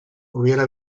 hubiera